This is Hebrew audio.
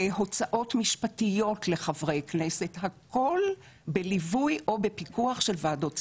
הוצאות משפטיות לחברי כנסת הכול בליווי או בפיקוח של ועדות ציבוריות.